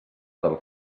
del